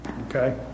Okay